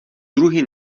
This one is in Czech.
druhý